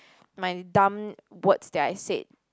my dumb words that I said